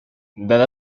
dada